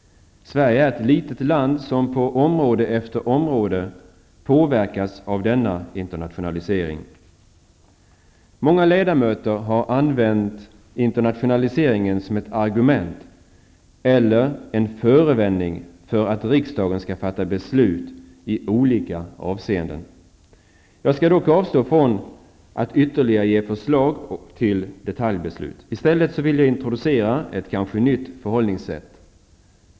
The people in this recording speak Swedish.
Sverige är ett litet land som på område efter område påverkas av denna internationalisering. Många ledamöter har använt internationaliseringen som ett argument eller en förevändning för att riksdagen skall fatta beslut i olika avseenden. Jag skall dock avstå från ytterligare förslag till detaljbeslut. Jag vill i stället introducera ett kanske nytt förhållningssätt.